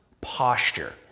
posture